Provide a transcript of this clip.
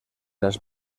las